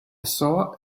saw